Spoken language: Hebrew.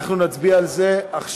אנחנו נצביע על זה עכשיו,